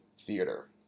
theater